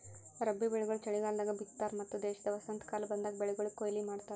ರಬ್ಬಿ ಬೆಳಿಗೊಳ್ ಚಲಿಗಾಲದಾಗ್ ಬಿತ್ತತಾರ್ ಮತ್ತ ದೇಶದ ವಸಂತಕಾಲ ಬಂದಾಗ್ ಬೆಳಿಗೊಳಿಗ್ ಕೊಯ್ಲಿ ಮಾಡ್ತಾರ್